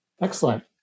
Excellent